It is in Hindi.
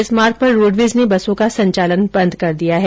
इस मार्ग पर रोडवेज ने बसों का संचालन बंद कर दिया है